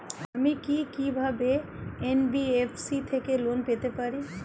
আমি কি কিভাবে এন.বি.এফ.সি থেকে লোন পেতে পারি?